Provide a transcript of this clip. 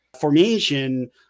formation